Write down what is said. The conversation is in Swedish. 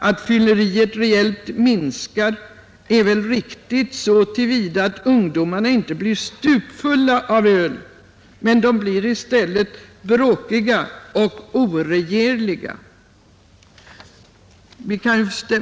Att fylleriet reellt minskar är väl riktigt så till vida att ungdomarna inte blir stupfulla av öl utan i stället blir bråkiga och oregerliga.